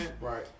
Right